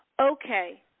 Okay